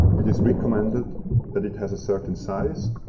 it is recommended that it has a certain size.